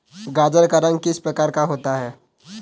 गाजर का रंग किस प्रकार का होता है?